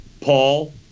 Paul